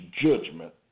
judgment